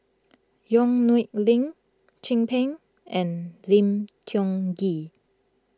Yong Nyuk Lin Chin Peng and Lim Tiong Ghee